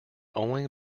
only